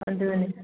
ꯑꯗꯨꯅꯤ